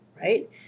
right